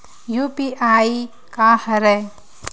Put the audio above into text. UPI का हरय?